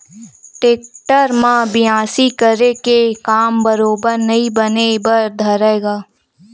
tractor म बियासी करे के काम बरोबर नइ बने बर धरय गा